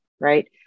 right